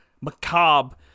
macabre